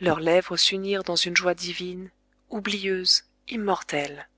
leurs lèvres s'unirent dans une joie divine oublieuse immortelle